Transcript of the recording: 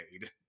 made